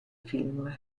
film